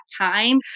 time